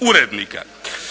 urednika.